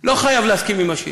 לא חייב להסכים בו עם השני,